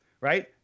Right